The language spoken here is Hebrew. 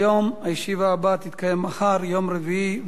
הישיבה הבאה תתקיים מחר, יום רביעי, ו'